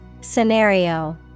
Scenario